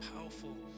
powerful